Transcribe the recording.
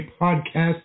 Podcast